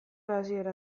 hasiera